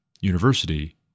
University